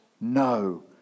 No